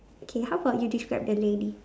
okay how about you describe the lady